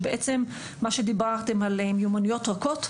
ובעצם מה שדיברתם על מיומנויות רכות,